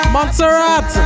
Montserrat